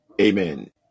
Amen